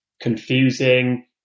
confusing